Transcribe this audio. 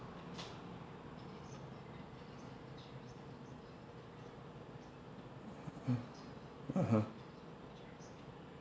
(uh huh)